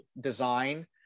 design